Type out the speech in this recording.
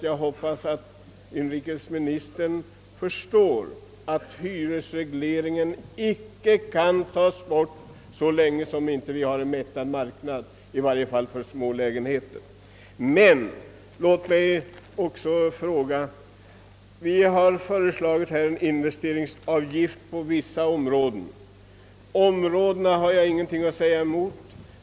Jag hoppas att inrikesministern förstår att hyresregleringen inte kan slopas så länge vi inte har en mättad marknad, i varje fall för små lägenheter. Förslag har framlagts om införande av investeringsavgift på vissa områden. Själva områdesbestämningen har jag ingenting att invända mot.